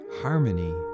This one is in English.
Harmony